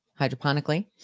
hydroponically